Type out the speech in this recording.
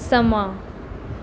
ਸਮਾਂ